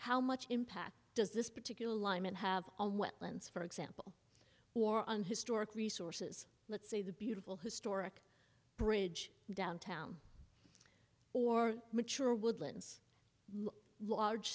how much impact does this particular alignment have on wetlands for example or on historic resources let's say the beautiful historic bridge downtown or mature woodlands new large